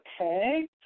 okay